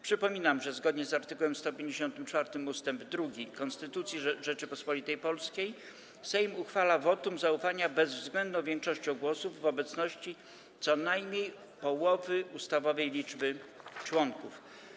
Przypominam, że zgodnie z art. 154 ust. 2 Konstytucji Rzeczypospolitej Polskiej Sejm uchwala wotum zaufania bezwzględną większością głosów w obecności co najmniej połowy ustawowej liczby posłów.